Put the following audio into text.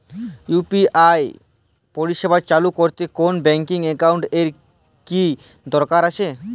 UPI পরিষেবা চালু করতে কোন ব্যকিং একাউন্ট এর কি দরকার আছে?